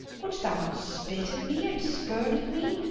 wouldst thou not spit at me and spurn at me,